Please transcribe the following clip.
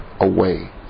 away